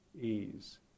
ease